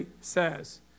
says